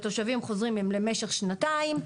לתושבים חוזרים הם למשך שנתיים,